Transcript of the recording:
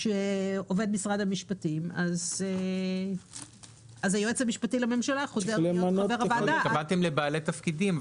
שהוא עובד משרד המשפטים --- התכוונתם לבעלי תפקידים.